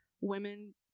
women